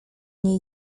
nie